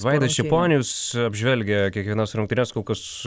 vaidas čeponis apžvelgia kiekvienas rungtynes kol kas